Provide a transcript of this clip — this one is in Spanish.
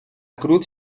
cruz